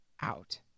out